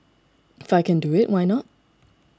if I can do it why not